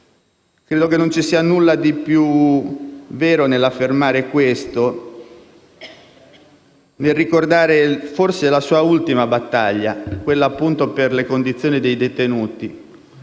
Credo che non ci sia nulla di più vero nell'affermare questo, nel ricordare forse la sua ultima battaglia, quella, appunto, per le condizioni dei detenuti;